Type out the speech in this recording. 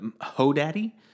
ho-daddy